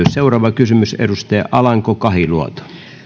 seuraava kysymys edustaja alanko kahiluoto